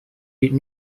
did